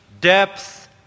depth